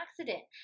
accident